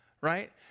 Right